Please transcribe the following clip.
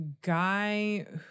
guy